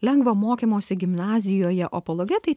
lengvą mokymosi gimnazijoje o apologetai